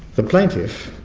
the plaintiff,